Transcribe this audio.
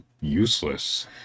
useless